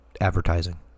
advertising